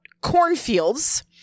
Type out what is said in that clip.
cornfields